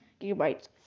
gigabytes